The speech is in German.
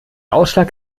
ausschlag